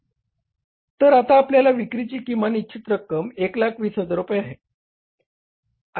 तर आता आपली विक्रीची किमान इच्छित रक्कम 120000 रुपये आहे